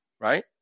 right